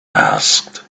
asked